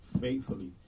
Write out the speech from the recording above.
faithfully